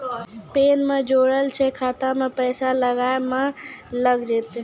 Pan ने जोड़लऽ छै खाता मे पैसा खाता मे लग जयतै?